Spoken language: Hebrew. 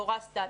תפאורה סטטית,